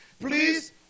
please